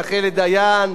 רחלי דיין,